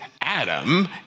Adam